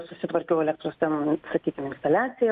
susitvarkiau elektros ten sakykim instaliaciją